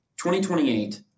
2028